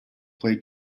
played